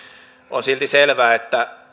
on silti selvää että